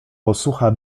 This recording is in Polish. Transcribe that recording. posucha